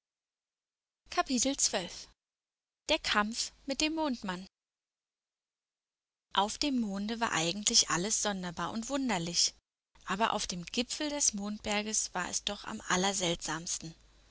der kampf mit dem mondmann auf dem monde war eigentlich alles sonderbar und wunderlich aber auf dem gipfel des mondberges war es doch am